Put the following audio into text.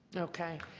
okay.